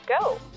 go